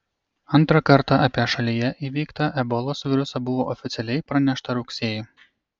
antrą kartą apie šalyje įveiktą ebolos virusą buvo oficialiai pranešta rugsėjį